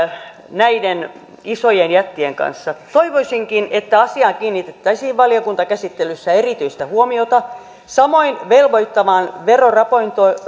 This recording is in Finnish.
näiden isojen jättien kanssa toivoisinkin että asiaan kiinnitettäisiin valiokuntakäsittelyssä erityistä huomiota samoin veroraportointiin